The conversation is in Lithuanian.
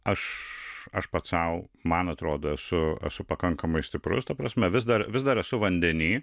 aš aš pats sau man atrodo esu esu pakankamai stiprus ta prasme vis dar vis dar esu vandeny